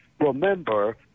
remember